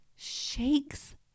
Shakes